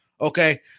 Okay